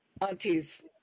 Auntie's